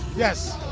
yes.